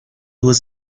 was